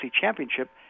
Championship